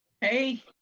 hey